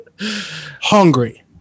hungry